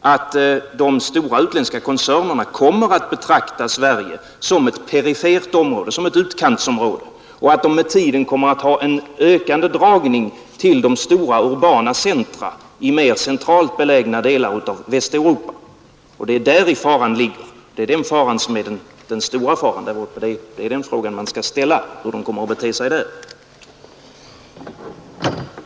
att de stora utländska koncernerna kommer att betrakta Sverige som ett perifert område, ett utkantsområde, och att de med tiden kommer att ha en ökande dragning till stora urbana centra i mer centralt belägna delar av Västeuropa. Där ligger den stora faran, och det är frågan hur de kommer att bete sig där som man skall ställa.